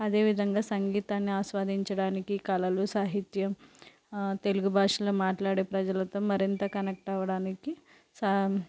అదేవిధంగా సంగీతాన్ని ఆస్వాదించడానికి కళలు సాహిత్యం తెలుగు భాషలో మాట్లాడే ప్రజలతో మరింత కనెక్ట్ అవ్వడానికి సాం